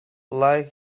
like